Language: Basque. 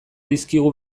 dizkigu